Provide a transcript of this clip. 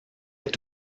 est